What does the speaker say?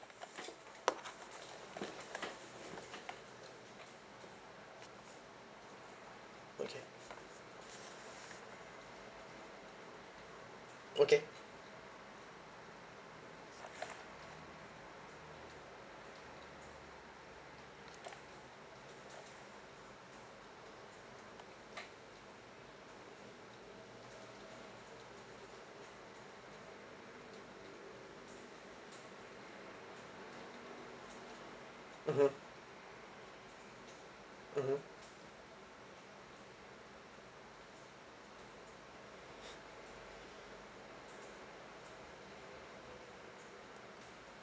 okay okay mmhmm mmhmm